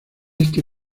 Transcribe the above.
este